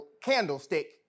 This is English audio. candlestick